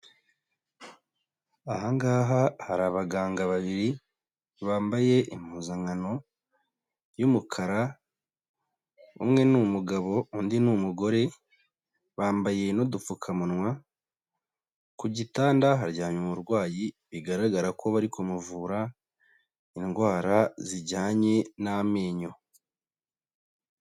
Ahangaha hari abaganga babiri bambaye impuzankano y'umukara, umwe ni umugabo undi ni umugore bambaye n'udupfukamunwa. Ku gitanda haryamye umurwayi bigaragara ko bari kumuvura indwara zijyanye n'amenyo.